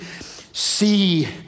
see